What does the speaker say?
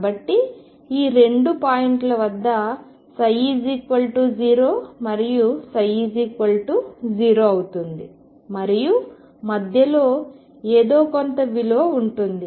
కాబట్టి ఈ రెండు పాయింట్ల వద్ద ψ0 మరియు ψ0 అవుతుంది మరియు మధ్యలో ఏదో కొంత విలువ ఉంటుంది